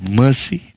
mercy